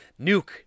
nuke